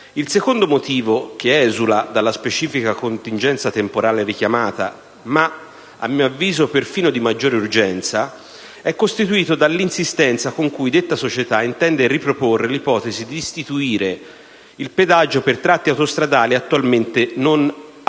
Il secondo motivo, che esula dalla specifica contingenza temporale richiamata, ma è a mio avviso perfino di maggiore urgenza, è costituito dall'insistenza con cui detta società intende riproporre l'ipotesi di istituire il pedaggio per tratte autostradali, attualmente non a pedaggio